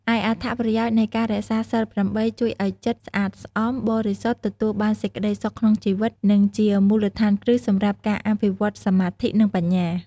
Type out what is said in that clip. ឯអត្ថប្រយោជន៍នៃការរក្សាសីល ៨ ជួយឱ្យចិត្តស្អាតស្អំ បរិសុទ្ធ ទទួលបានសេចក្តីសុខក្នុងជីវិត និងជាមូលដ្ឋានគ្រឹះសម្រាប់ការអភិវឌ្ឍសមាធិ និងបញ្ញា។